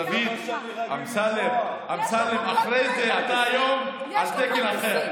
דוד אמסלם, אחרי זה, אתה היום על תקן אחר.